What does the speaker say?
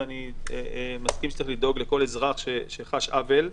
ואני מסכים שצריך לדאוג לכל אזרח שחש עוול.